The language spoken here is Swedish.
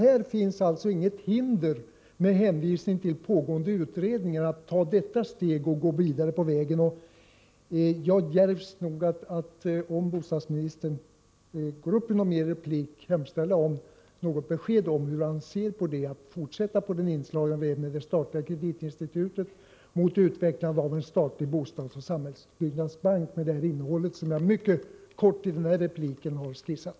Det finns inget som hindrar — ingen hänvisning till pågående utredning — att ta detta steg för att sedan gå vidare. Jag djärvs att, om bostadsministern går upp i någon mer replik, hemställa om ett besked om hur bostadsministern ser på detta att fortsätta på den inslagna vägen med statligt kreditinstitut, för att cklandet få till stånd en statlig bostadsoch samhällsbyggnadsbank med den funktion som jag mycket kort i denna replik har skissat.